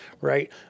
right